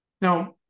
Now